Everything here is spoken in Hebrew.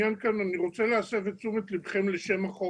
רוצה להסב את תשומת לבכם לשם החוק.